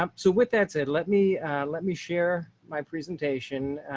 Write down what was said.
um so with that said, let me let me share my presentation.